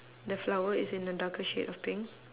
the flower is in a darker shade of pink